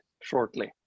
shortly